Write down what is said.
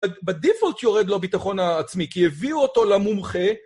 ב-בדיפולט יורד לו ביטחון ה...עצמי, כי הביאו אותו למומחה...